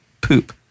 poop